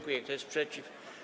Kto jest przeciw?